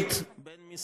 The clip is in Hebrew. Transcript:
אדוני